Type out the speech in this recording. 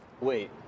Wait